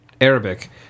Arabic